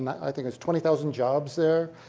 i think it's twenty thousand jobs there.